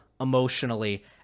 emotionally